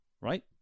right